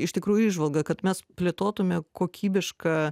iš tikrųjų įžvalga kad mes plėtotume kokybišką